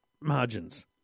margins